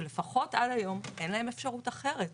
שלפחות עד היום אין להם אפשרות אחרת